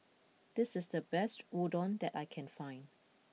this is the best Udon that I can find